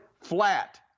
flat